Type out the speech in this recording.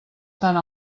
tant